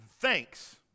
thanks